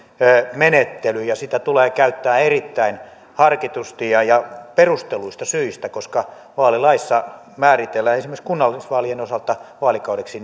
menettely ja sitä tulee käyttää erittäin harkitusti ja ja perustelluista syistä koska vaalilaissa määritellään esimerkiksi kunnallisvaalien osalta vaalikaudeksi